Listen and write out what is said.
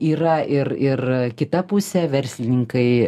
yra ir ir kita pusė verslininkai